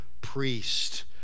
priest